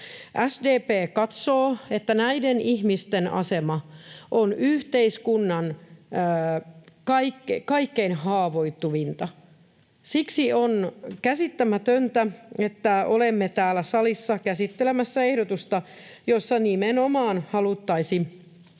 SDP katsoo, että näiden ihmisten asema on yhteiskunnan kaikkein haavoittuvinta. Siksi on käsittämätöntä, että olemme täällä salissa käsittelemässä ehdotusta, jossa nimenomaan haluttaisiin